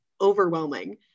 overwhelming